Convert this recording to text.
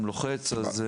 בעל הבית גם לוחץ.